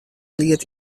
ried